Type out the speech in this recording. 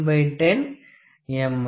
S 1 V